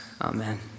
amen